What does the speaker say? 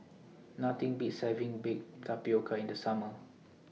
Nothing Beats having Baked Tapioca in The Summer